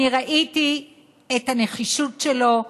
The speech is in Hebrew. אני ראיתי את הנחישות שלו,